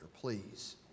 Please